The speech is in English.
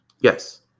Yes